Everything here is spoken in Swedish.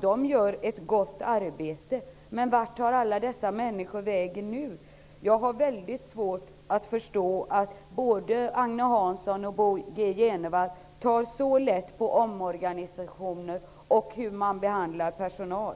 De gör ett gott arbete. Men vart tar alla dessa människor vägen nu? Jag har väldigt svårt att förstå hur både Agne Hansson och Bo G Jenevall kan ta så lätt på omorganisationen och på hur man behandlar personal.